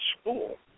school